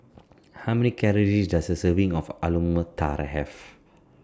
How Many Calories Does A Serving of Alu Matar Have